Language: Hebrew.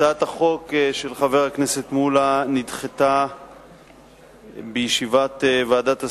הצעת החוק של חבר הכנסת מולה נדחתה בישיבת ועדת השרים,